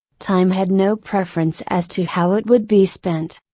time had no preference as to how it would be spent.